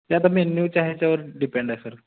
ते आता मेन्यूच्या ह्याच्यावर डिपेंड आहे सर